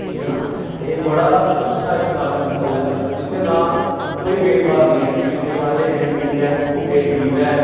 ठीक ऐ ना ते एह् बड़ा अच्छा इक धार्मिक स्थल ऐ जित्थै ना कोई भेदभाव निं ऐ जि'यां कोई आखदे एह् अमीर ऐ एह् गरीब ऐ